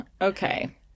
Okay